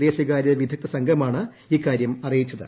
വിദേശകാര്യ വിദഗ്ധ സംഘമാണ് ഇക്കാര്യം അറിയിച്ചത്